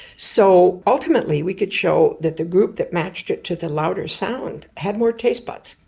so ultimately we could show that the group that matched it to the louder sound had more taste buds,